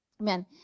amen